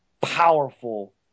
powerful